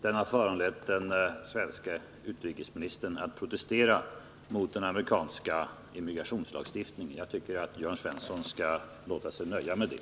Den har föranlett den svenske utrikesministern att protestera mot den amerikanska immigrationslagstiftningen. Jag tycker att Jörn Svensson skall låta sig nöja med det.